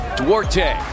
Duarte